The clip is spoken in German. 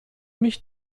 mich